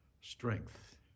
strength